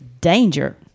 Danger